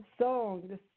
song